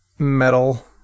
Metal